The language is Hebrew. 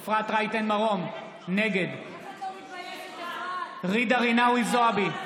אפרת רייטן מרום, נגד ג'ידא רינאוי זועבי,